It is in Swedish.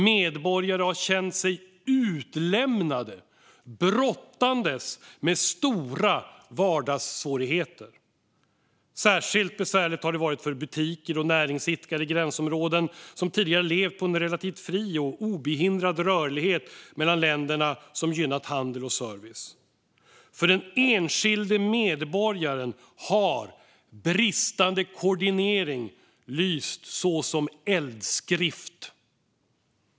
Medborgare har känt sig utlämnade och brottats med stora vardagssvårigheter. Särskilt besvärligt har det varit för butiker och näringsidkare i gränsområden som tidigare levt på en relativt fri och obehindrad rörlighet mellan länderna som gynnat handel och service. För den enskilde medborgaren har bristande koordinering lyst så som eldskrift.